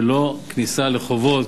ולא כניסה לחובות,